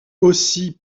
aussi